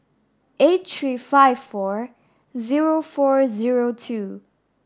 eight three five four zero four zero two